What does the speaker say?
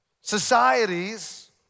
societies